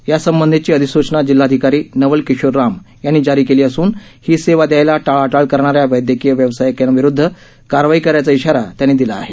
यासंबंधिची अधिसूचना जिल्हाधिकारी नवल किशोर राम यांनी जारी केली असून ही सेवा द्यायला टाळाटाळ करणाऱ्या वैद्यकीय व्यावसायिकांविरुद्ध कारवाई करायचा इशारा त्यांनी दिला आहे